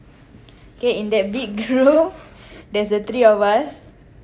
okay in that big group there's the three of us